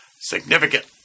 significant